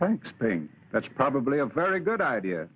thanks think that's probably a very good idea